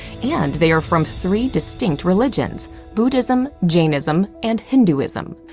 and they are from three distinct religions buddhism, jainism and hinduism.